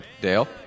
Dale